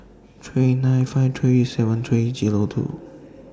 three nine five three seven three Zero two